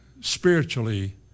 spiritually